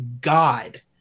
God